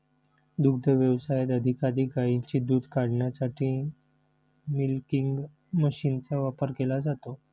दुग्ध व्यवसायात अधिकाधिक गायींचे दूध काढण्यासाठी मिल्किंग मशीनचा वापर केला जातो